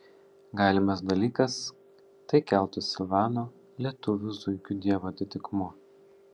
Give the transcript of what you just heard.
galimas dalykas tai keltų silvano lietuvių zuikių dievo atitikmuo